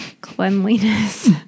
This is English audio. cleanliness